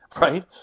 right